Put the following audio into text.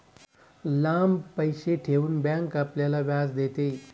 लांब पैसे ठेवून बँक आपल्याला व्याज देते